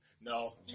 No